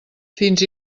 fins